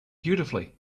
beautifully